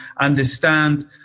understand